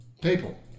People